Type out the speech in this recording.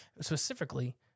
Specifically